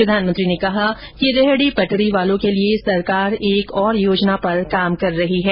प्रधानमंत्री ने कहा कि रेहड़ी पटरी वालों के लिए सरकार एक और योजना पर काम कर रही है